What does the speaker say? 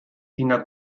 tina